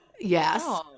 Yes